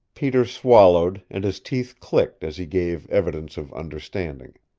peter swallowed and his teeth clicked as he gave evidence of understanding.